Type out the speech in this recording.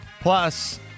Plus